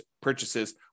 purchases